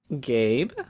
Gabe